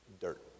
dirt